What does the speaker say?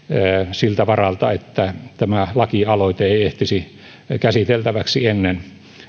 siltä varalta että tämä lakialoite ei ehtisi käsiteltäväksi ennen